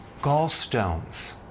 gallstones